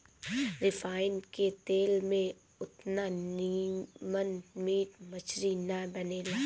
refine के तेल में ओतना निमन मीट मछरी ना बनेला